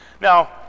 Now